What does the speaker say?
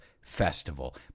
Festival